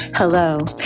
Hello